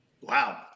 Wow